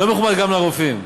לא מכובד גם לרופאים.